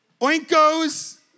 oinkos